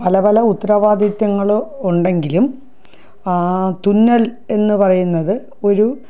പല പല ഉത്തരവാദിത്തങ്ങൾ ഉണ്ടെങ്കിലും തുന്നൽ എന്ന് പറയുന്നത് ഒരു